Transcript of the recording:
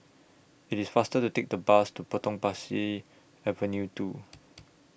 IT IS faster to Take The Bus to Potong Pasir Avenue two